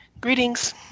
Greetings